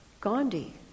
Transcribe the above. Gandhi